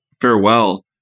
farewell